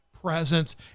presence